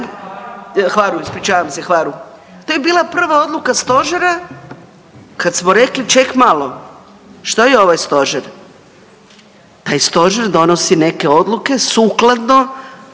Hvaru, ispričavam se, Hvaru. To je bila prva odluka Stožera kad smo rekli, ček malo, što je ovaj Stožer? Taj Stožer donosi neke odluke sukladno